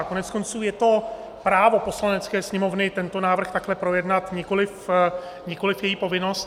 Koneckonců je to právo Poslanecké sněmovny tento návrh takhle projednat, nikoliv její povinnost.